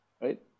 right